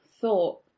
thought